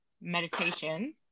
meditation